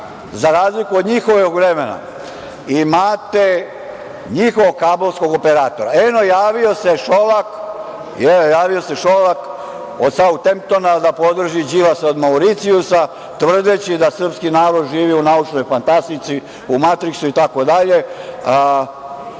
za razliku od njihovog vremena, imate njihovog kablovskog operatera. Eno, javio se Šolak od Sautemptona da podrži Đilasa od Mauricijusa, tvrdeći da srpski narod živi u naučnoj fantastici, u matriksu itd.